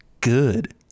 good